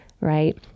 Right